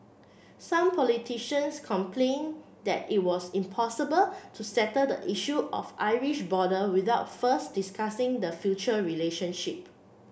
some politicians complained that it was impossible to settle the issue of Irish border without first discussing the future relationship